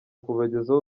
kubagezaho